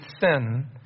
sin